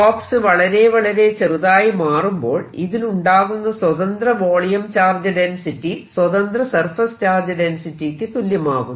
box വളരെ വളരെ ചെറുതായി മാറുമ്പോൾ ഇതിൽ ഉണ്ടാകുന്ന സ്വതന്ത്ര വോളിയം ചാർജ് ഡെൻസിറ്റി സ്വതന്ത്ര സർഫേസ് ചാർജ് ഡെൻസിറ്റിയ്ക്കു തുല്യമാകുന്നു